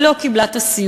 והיא לא קיבלה את הסיוע,